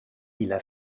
illa